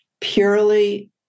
purely